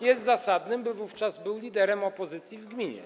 Jest zasadne, by wówczas był liderem opozycji w gminie.